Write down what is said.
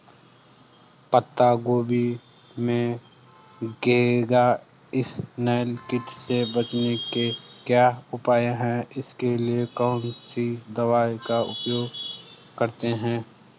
पत्ता गोभी में घैंघा इसनैल कीट से बचने के क्या उपाय हैं इसके लिए कौन सी दवा का प्रयोग करते हैं?